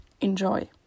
Enjoy